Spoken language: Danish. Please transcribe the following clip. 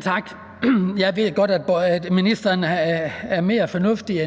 Tak. Jeg ved godt, at ministeren er mere fornuftig